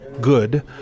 good